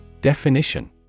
Definition